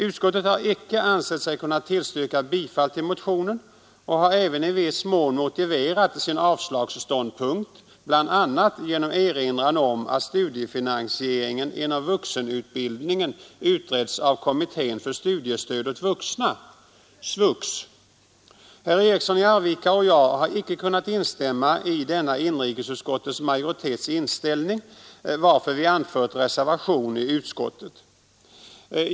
Utskottet har icke ansett sig kunna tillstyrka bifall till motionen och har även i viss mån motiverat sin avslagsståndpunkt, bl.a. genom erinran om att studiefinansieringen inom vuxenutbildningen utreds av kommittén för studiestöd åt vuxna, SVUX. Herr Eriksson i Arvika och jag har icke kunnat instämma i den inställning som inrikesutskottets majoritet intagit, varför vi anfört reservation i utskottet.